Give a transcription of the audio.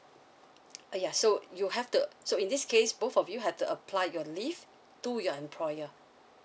uh ya so you have the so in this case both of you have to apply your leave to your employer